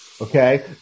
Okay